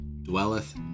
dwelleth